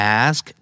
ask